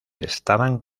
estaban